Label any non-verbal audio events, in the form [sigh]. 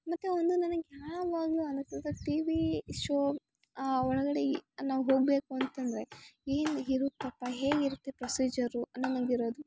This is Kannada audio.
ಮತ್ತು ಒಂದು ನನಗೆ ಯಾವಾಗಲೂ [unintelligible] ಟಿ ವೀ ಶೋ ಒಳಗಡೆ ಈ ನಾವು ಹೋಗಬೇಕು ಅಂತಂದರೆ ಏನು ಇರುತ್ತಪ್ಪಾ ಹೇಗೆ ಇರುತ್ತೇ ಪ್ರೊಸಿಜರು [unintelligible]